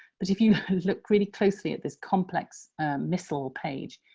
but if you look really closely at this complex missal page,